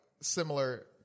similar